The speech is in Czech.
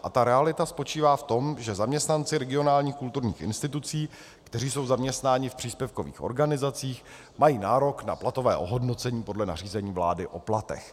A ta realita spočívá v tom, že zaměstnanci regionálních kulturních institucí, kteří jsou zaměstnaní v příspěvkových organizacích, mají nárok na platové ohodnocení podle nařízení vlády o platech.